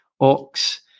Ox